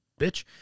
bitch